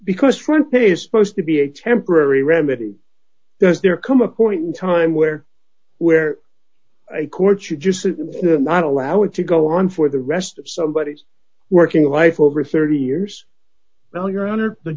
because one pays supposed to be a temporary remedy that there come a point in time where where a court you just not allow it to go on for the rest of somebody's working life over thirty years well your honor the